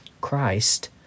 Christ